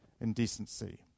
indecency